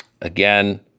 again